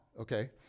okay